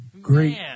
great